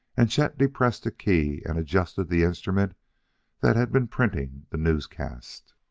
and chet depressed a key and adjusted the instrument that had been printing the newscast.